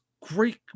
great